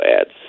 ads